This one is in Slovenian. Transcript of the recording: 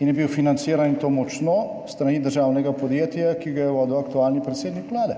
In je bil financiran, in to močno, s strani državnega podjetja, ki ga je vodil aktualni predsednik Vlade.